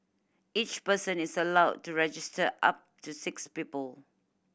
each person is allowed to register up to six people